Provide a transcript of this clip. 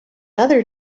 other